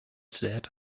said